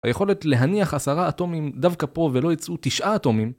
היכולת להניח עשרה אטומים דווקא פה ולא יצרו תשעה אטומים